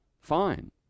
fine